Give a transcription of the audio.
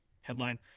headline